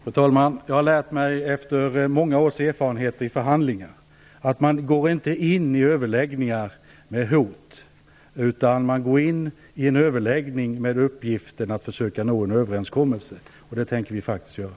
Fru talman! Jag har efter många års erfarenheter av förhandlingar lärt mig att man inte går in i överläggningar med hot, utan att man går in i en överläggning med uppgiften att försöka nå en överenskommelse. Det tänker vi faktiskt göra.